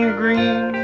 green